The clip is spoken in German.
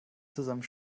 zusammen